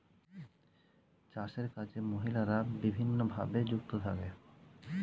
চাষের কাজে মহিলারা বিভিন্নভাবে যুক্ত থাকে